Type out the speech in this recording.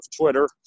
Twitter